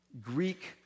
Greek